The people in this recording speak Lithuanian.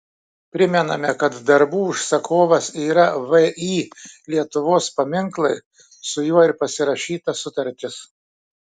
primename kad darbų užsakovas yra vį lietuvos paminklai su juo ir pasirašyta sutartis